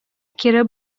кире